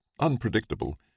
unpredictable